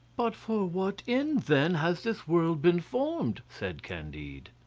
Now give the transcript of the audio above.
but for what end, then, has this world been formed? said candide.